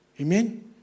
Amen